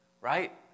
right